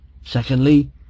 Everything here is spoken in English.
Secondly